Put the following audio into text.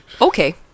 Okay